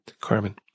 Carmen